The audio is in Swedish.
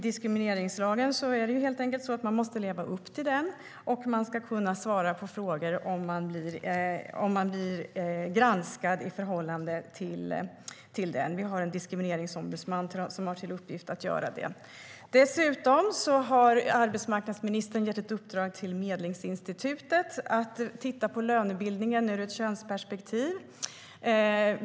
Diskrimineringslagen måste man helt enkelt leva upp till, och man ska kunna svara på frågor om man blir granskad i förhållande till den. Vi har en diskrimineringsombudsman som har till uppgift att göra det. Dessutom har arbetsmarknadsministern gett ett uppdrag till Medlingsinstitutet att titta på lönebildningen ur ett könsperspektiv.